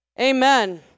amen